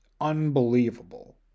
unbelievable